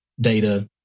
data